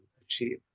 achieve